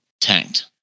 tanked